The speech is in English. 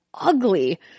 ugly